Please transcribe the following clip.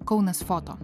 kaunas foto